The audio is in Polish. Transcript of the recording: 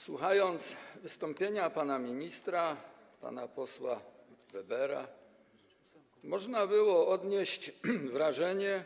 Słuchając wystąpienia pana ministra, pana posła Webera, można było odnieść wrażenie,